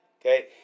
Okay